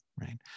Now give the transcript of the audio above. right